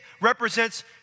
represents